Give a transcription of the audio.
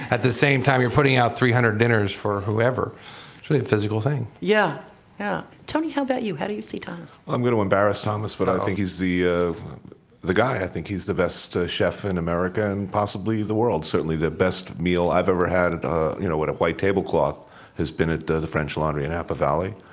at the same time, you're putting our three hundred dinners for whoever. it's a physical thing yeah yeah tony, how about you? how do you see thomas? i'm going to embarrass thomas, but i think he's the ah the guy. i think he's the best chef in america and possibly the world. certainly, the best meal i've ever had with ah you know a white table cloth has been at the the french laundry in napa valley.